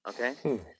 Okay